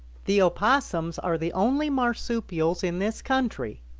the opossums are the only marsupials in this country,